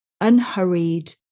unhurried